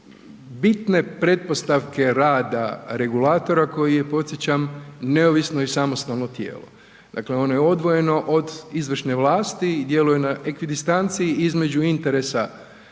bitne pretpostavke rada regulatora koji je podsjećam, neovisno i samostalno tijelo. Dakle, ono je odvojeno od izvršne vlasti i djeluje na ekvidistanci između interesa kupaca,